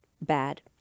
bad